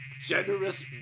generous